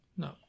No